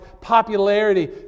popularity